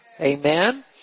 Amen